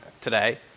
today